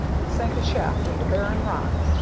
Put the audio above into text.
and sank a shaft into barren rock.